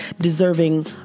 deserving